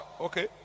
okay